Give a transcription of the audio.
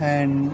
and